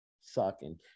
sucking